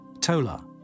Tola